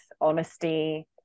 honesty